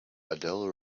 adele